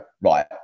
right